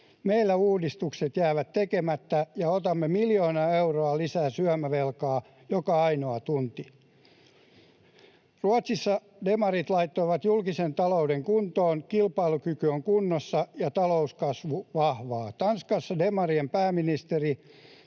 Meillä uudistukset jäävät tekemättä ja otamme miljoona euroa lisää syömävelkaa joka ainoa tunti. Ruotsissa demarit laittoivat julkisen talouden kuntoon. Kilpailukyky on kunnossa ja talouskasvu vahvaa. Tanskassa demarien pääministeri